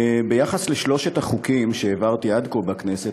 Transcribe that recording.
ביחס לשלושת החוקים שהעברתי עד כה בכנסת,